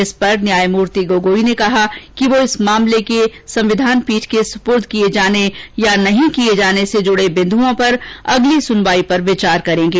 इस पर न्यायमूर्ति गोगोई ने कहा कि वह इस मामले के संविधान पीठ के सुपूर्द किये जाने या नहीं किये जाने से जुडे बिन्दुओं पर अगली सुनवाई पर विचार करेंगे